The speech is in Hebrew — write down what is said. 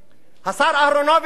השר אהרונוביץ אמר: